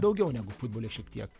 daugiau negu futbole šiek tiek